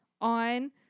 on